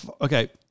okay